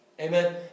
Amen